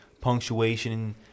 punctuation